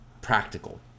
practical